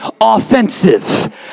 offensive